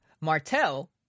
Martell